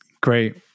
Great